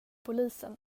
polisen